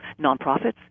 nonprofits